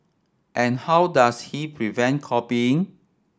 and how does he prevent copying